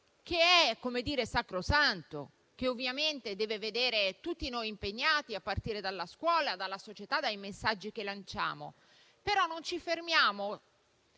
che è sacrosanto e che ovviamente deve vederci tutti impegnati, a partire dalla scuola, dalla società e dai messaggi che lanciamo. Non ci fermiamo